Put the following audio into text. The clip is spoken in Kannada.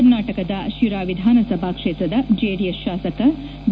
ಕರ್ನಾಟಕದ ಶಿರಾ ವಿಧಾನಸಭಾ ಕ್ಷೇತ್ರದ ಜೆ ಡಿ ಎಸ್ ಶಾಸಕ ಬಿ